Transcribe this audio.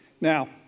Now